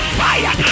fire